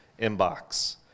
inbox